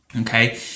Okay